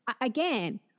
again